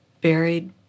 buried